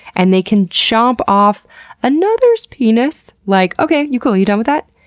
and they can chomp off another's penis like, okay, you cool? you done with that?